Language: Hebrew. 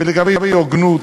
ולגבי הוגנות,